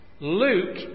Luke